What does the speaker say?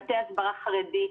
מטה הסברה חרדי,